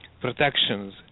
protections